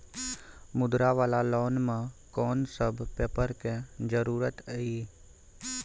मुद्रा वाला लोन म कोन सब पेपर के जरूरत इ?